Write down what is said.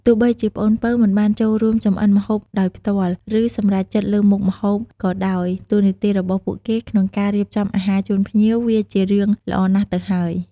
ទោះបីជាប្អូនពៅមិនបានចូលរួមចម្អិនម្ហូបដោយផ្ទាល់ ឬសម្រេចចិត្តលើមុខម្ហូបក៏ដោយ តួនាទីរបស់ពួកគេក្នុងការរៀបចំអាហារជូនភ្ញៀវវាជារឿងល្អណាស់ទៅហើយ។